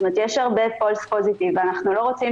זאת אומרת יש הרבה false positive ואנחנו לא רוצים